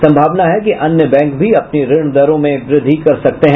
संभावना है कि अन्य बैंक भी अपनी ऋण दरों में वृद्धि कर सकते हैं